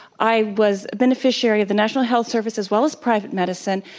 i was a beneficiary of the national health service as well as private medicine.